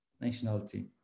nationality